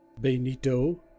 Benito